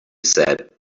said